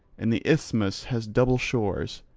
and the isthmus has double shores,